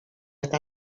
eta